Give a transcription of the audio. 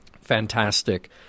Fantastic